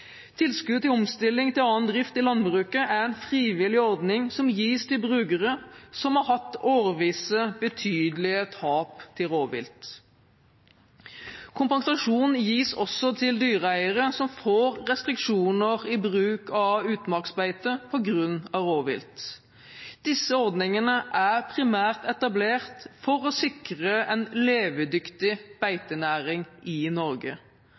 Tilskudd til omstilling til annen drift i landbruket er en frivillig ordning som gis til brukere som har hatt årvisse betydelige tap til rovvilt. Kompensasjon gis også til dyreeiere som får restriksjoner i bruk av utmarksbeite på grunn av rovvilt. Disse ordningene er primært etablert for å sikre en levedyktig beitenæring i Norge.